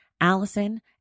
Allison